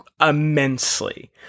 immensely